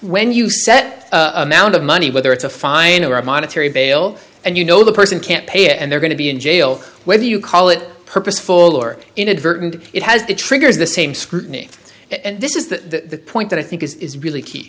when you set amount of money whether it's a fine or a monetary bail and you know the person can't pay and they're going to be in jail whether you call it purposeful or inadvertent it has the triggers the same scrutiny and this is the point that i think is really key